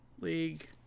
League